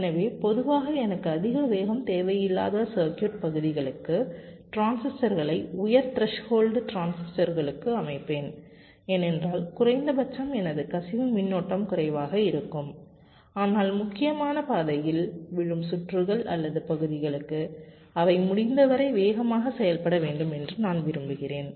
எனவே பொதுவாக எனக்கு அதிக வேகம் தேவையில்லாத சர்கயூட் பகுதிகளுக்கு டிரான்சிஸ்டர்களை உயர் த்ரெஸ்ஹோல்டு டிரான்சிஸ்டர்களுக்கு அமைப்பேன் ஏனென்றால் குறைந்த பட்சம் எனது கசிவு மின்னோட்டம் குறைவாக இருக்கும் ஆனால் முக்கியமான பாதையில் விழும் சுற்றுகள் அல்லது பகுதிகளுக்கு அவை முடிந்தவரை வேகமாக செயல்பட வேண்டும் என்று நான் விரும்புகிறேன்